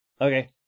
Okay